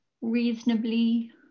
reasonably